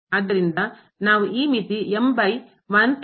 ಆದ್ದರಿಂದ ನಾವು ಈ ಮಿತಿ ಎಂದು ಬರುತ್ತದೆ